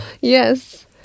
Yes